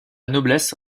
noblesse